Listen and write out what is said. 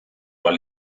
ahal